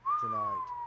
tonight